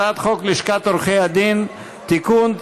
הצעת חוק לשכת עורכי הדין (תיקון,